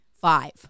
five